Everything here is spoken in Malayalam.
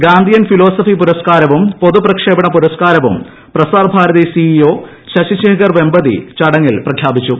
ഗാന്ധിയൻ ഫിലോസഫി പുരസ്കാര്യ്ക്കും ് പൊതു പ്രക്ഷേപണ പുരസ്കാരവും Prasar Bharati CEO Shashi Shekhar Vempati ചടങ്ങിൽ പ്രഖ്യാപിച്ചു